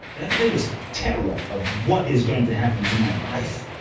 there there was terror of, what is going to happen to my life?